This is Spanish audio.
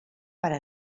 para